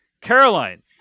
Caroline